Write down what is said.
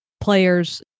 players